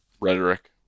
rhetoric